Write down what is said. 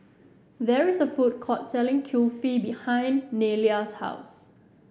there is a food court selling Kulfi behind Nelia's house